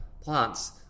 plants